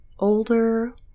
older